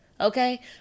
okay